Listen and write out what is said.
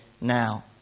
now